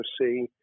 see